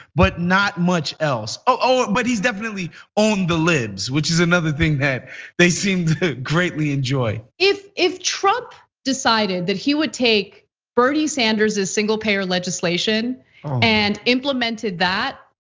but not much else. but he's definitely owned the libs, which is another thing that they seem to greatly enjoy. if if trump decided that he would take bernie sanders as single payer legislation and implemented that.